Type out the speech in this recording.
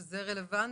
שזה רלוונטי?